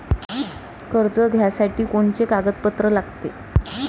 कर्ज घ्यासाठी कोनचे कागदपत्र लागते?